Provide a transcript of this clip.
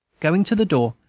going to the door,